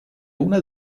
una